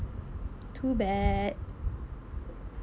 too bad